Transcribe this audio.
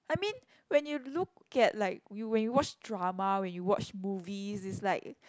I mean when you look at like you when you watch drama when you watch movies it's like